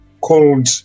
called